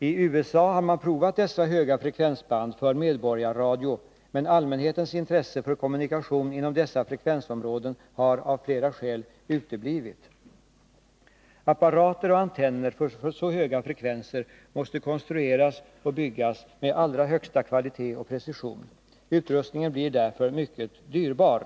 I USA har man provat dessa höga frekvensband för medborgarradio, men allmänhetens intresse för kommunikation inom dessa frekvensområden har av flera skäl uteblivit. Apparater och antenner för så höga frekvenser måste konstrueras och byggas med allra högsta kvalitet och precision. Utrustningen blir därför mycket dyrbar.